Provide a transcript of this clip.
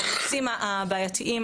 הנושאים הבעייתיים,